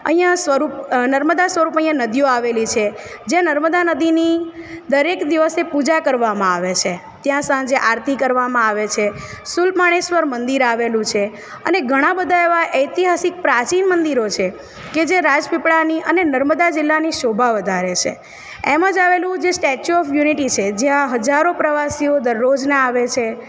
અહિયાં સ્વરૂપ નર્મદા સ્વરૂપ અહિયાં નદીઓ આવેલી છે જે નર્મદા નદીની દરેક દિવસે પૂજા કરવામાં આવે છે ત્યાં સાંજે આરતી કરવામાં આવે છે શૂલપાણેશ્વર મંદિર આવેલું છે અને ઘણાં બધાં એવાં ઐતિહાસિક પ્રાચીન મંદિરો છે કે જે રાજપીપળાની અને નર્મદા જિલ્લાની શોભા વધારે છે એમ જ આવેલું જે સ્ટેચ્યૂ ઓફ યુનિટી છે જ્યાં હજારો પ્રવાસીઓ દરરોજનાં આવે છે